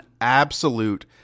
absolute